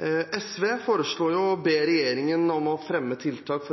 SV foreslår jo å be regjeringen fremme tiltak